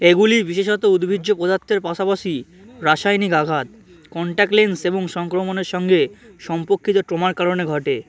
এগুলি বিশেষত উদ্ভিজ্জ পদার্থের পাশাপাশি রাসায়নিক আঘাত কন্ট্যাক্ট লেন্স এবং সংক্রমণের সঙ্গে সম্পর্কিত ট্রমার কারণে ঘটে